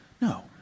No